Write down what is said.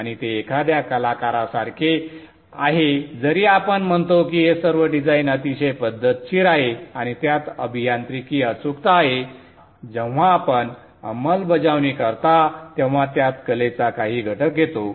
आणि ते एखाद्या कलाकारासारखे आहे जरी आपण म्हणतो की हे सर्व डिझाइन अतिशय पद्धतशीर आहे आणि त्यात अभियांत्रिकी अचूकता आहे जेव्हा आपण अंमलबजावणी करता तेव्हा त्यात कलेचा काही घटक येतो